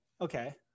okay